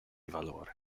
valore